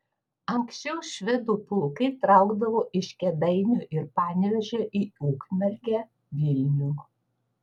anksčiau švedų pulkai traukdavo iš kėdainių ir panevėžio į ukmergę vilnių